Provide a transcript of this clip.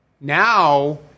Now